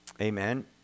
Amen